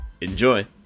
Enjoy